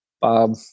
Bob